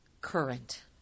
current